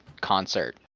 concert